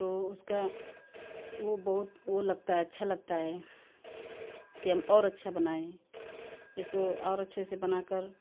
तो उसका वो बहुत वो लगता है अच्छा लगता है कि हम और अच्छा बनाएँ इसको और अच्छे से बनाकर